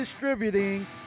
Distributing